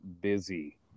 busy